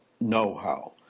know-how